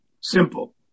simple